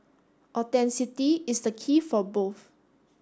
is the key for both